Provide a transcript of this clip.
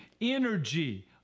energy